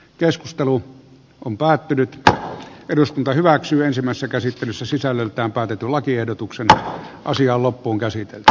keskustelu on päättynyt että eduskunta päätettiin ensimmäisessä käsittelyssä sisällöltään päätetyn lakiehdotuksen tämä asia on loppuunkäsitelty